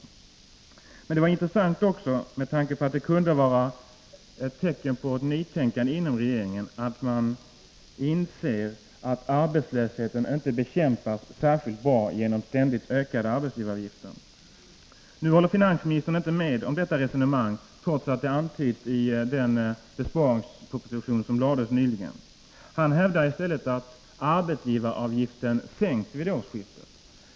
Civilministerns uttalande var intressant också med tanke på att det kunde ses som ett tecken på ett nytänkande inom regeringen, nämligen att regeringen inser att arbetslösheten inte kan bekämpas särskilt bra genom ständigt ökade arbetsgivaravgifter. Finansministern håller inte med mig om denna tolkning, trots att ett motsvarande resonemang antyds i den besparingsproposition som lades fram nyligen. Han hävdar i stället att arbetsgivaravgiften kommer att sänkas vid årsskiftet.